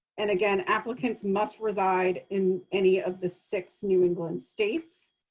and again, applicants must reside in any of the six new england states.